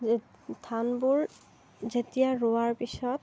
ধানবোৰ যেতিয়া ৰোৱাৰ পিছত